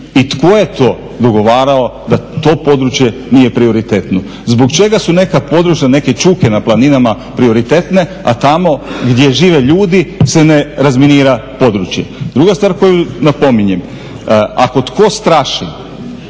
i tko je to dogovarao da to područje nije prioritetno? Zbog čega su neka područja, neke čuke na planinama prioritetne, a tamo gdje žive ljudi se ne razminira područje. Druga stvar koju napominjem. Ako tko straši